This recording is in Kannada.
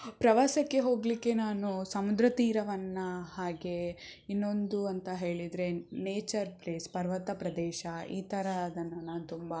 ಪ್ರವಾಸಕ್ಕೆ ಹೋಗಲಿಕ್ಕೆ ನಾನು ಸಮುದ್ರ ತೀರವನ್ನು ಹಾಗೆ ಇನ್ನೊಂದು ಅಂತ ಹೇಳಿದರೆ ನೇಚರ್ ಪ್ಲೇಸ್ ಪರ್ವತ ಪ್ರದೇಶ ಈ ಥರದನ್ನು ನಾನು ತುಂಬ